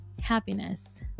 happiness